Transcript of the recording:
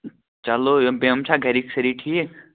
چلو یِم چھا گَرِکۍ سٲری ٹھیٖک